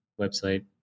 website